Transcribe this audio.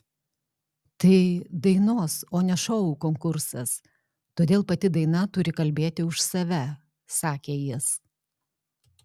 tai dainos o ne šou konkursas todėl pati daina turi kalbėti už save sakė jis